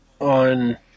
on